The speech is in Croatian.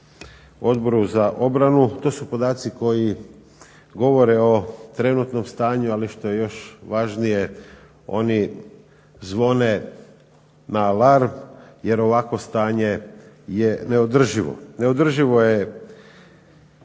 Odboru za obranu, to su podaci koji govore o trenutno stanju, ali što je još važnije oni zvone na alarma jer ovakvo stanje je neodrživo. Neodrživo je